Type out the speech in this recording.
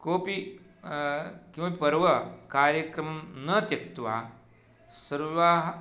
कोपि किमपि पर्वकार्यक्रमं न त्यक्त्वा सर्वे